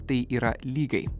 tai yra lygai